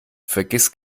vergiss